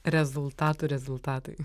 rezultatų rezultatai